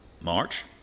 March